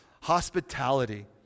Hospitality